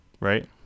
right